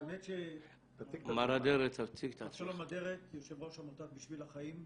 צריכים עוד מדריכים,